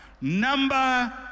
Number